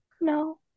No